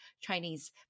Chinese